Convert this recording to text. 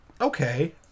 okay